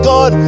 God